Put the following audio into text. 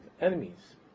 enemies